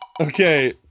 Okay